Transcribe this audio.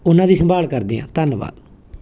ਉਹਨਾਂ ਦੀ ਸੰਭਾਲ ਕਰਦੇ ਹਾਂ ਧੰਨਵਾਦ